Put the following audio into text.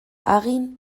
hagin